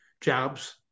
jobs